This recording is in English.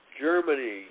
Germany